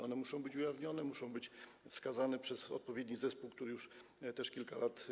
One muszą być ujawnione, muszą być wskazane przez odpowiedni zespół, który działa już kilka lat.